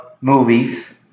movies